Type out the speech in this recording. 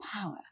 power